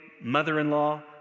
mother-in-law